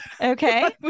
Okay